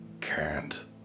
can't